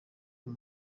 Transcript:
uyu